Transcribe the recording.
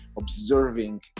observing